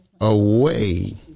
away